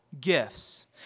gifts